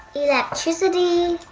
electricity?